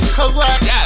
collect